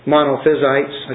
Monophysites